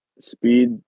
Speed